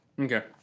Okay